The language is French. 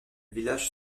village